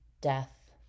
Death